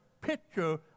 picture